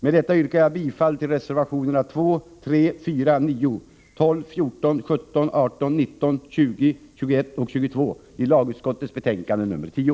Med detta yrkar jag bifall till reservationerna 2, 3, 4, 9, 12, 14, 17, 18, 19, 20, 21 och 22 i lagutskottets betänkande nr 10.